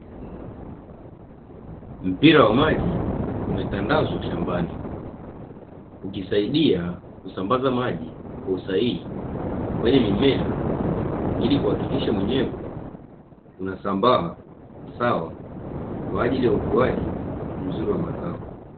Mpira wa maji umetandazwa shambani, ukisaidia kusambaza maji kwa usahihi kwenye mimea, ili kuhakikisha unyevu unasambaa sawa kwa ajili ya ukuaji mzuri wa mazao.